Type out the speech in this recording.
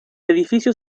edificio